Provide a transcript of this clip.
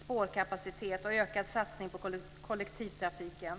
spårkapacitet och ökad satsning på kollektivtrafiken.